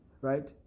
Right